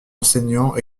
enseignants